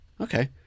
okay